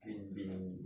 been been